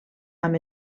amb